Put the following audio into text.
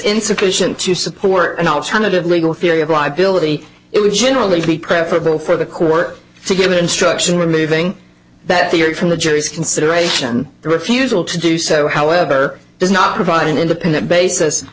insufficient to support an alternative legal theory of liability it would generally be preferable for the quirk to give instruction removing that theory from the jury's consideration the refusal to do so however does not provide an independent basis